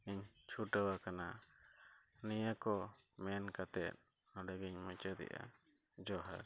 ᱯᱟᱱᱛᱮᱭᱟ ᱤᱧ ᱪᱷᱩᱴᱟᱹᱣ ᱟᱠᱟᱱᱟ ᱱᱤᱭᱟᱹᱠᱚ ᱢᱮᱱ ᱠᱟᱛᱮᱫ ᱱᱚᱸᱰᱮᱜᱮᱧ ᱢᱩᱪᱟᱹᱫᱮᱫᱼᱟ ᱡᱚᱦᱟᱨ